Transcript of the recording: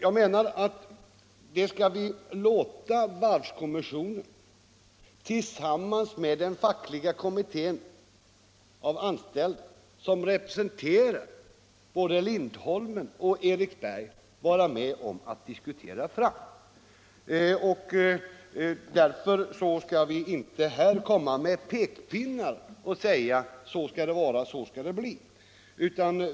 Jag anser att den saken skall vi låta varvskommissionen diskutera igenom tillsammans med den fackliga kommittén, som representerar de anställda vid både Lindholmen och Eriksberg, och vi skall inte här komma med pekpinnar och säga: Så och så skall det bli.